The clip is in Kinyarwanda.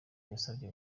yasabye